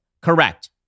Correct